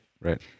Right